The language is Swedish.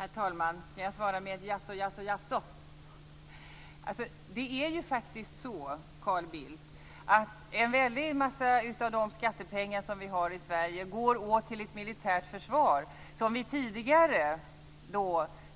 Herr talman! Jag skall kanske svara med ett jaså, jaså, jaså. Det är faktiskt så, Carl Bildt, att en väldigt stor del av de skattepengar som vi har i Sverige går till ett militärt försvar som vi tidigare